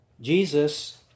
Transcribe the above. Jesus